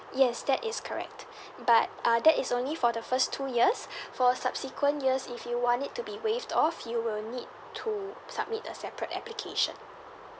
yes that is correct but uh that is only for the first two years for subsequent years if you want it to be waived off you will need to submit a separate application